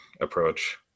approach